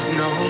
no